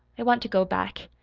i want to go back.